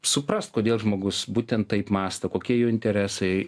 suprast kodėl žmogus būtent taip mąsto kokie jo interesai